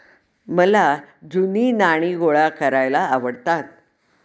मला जुनी नाणी गोळा करायला आवडतात